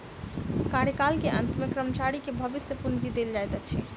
कार्यकाल के अंत में कर्मचारी के भविष्य पूंजी देल जाइत अछि